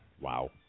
Wow